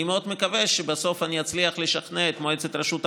אני מאוד מקווה שבסוף אני אצליח לשכנע את מועצת רשות המים,